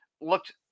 looked